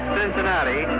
Cincinnati